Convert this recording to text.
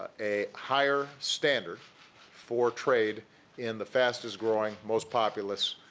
a higher standard for trade in the fastest growing, most populous,